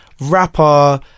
rapper